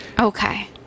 Okay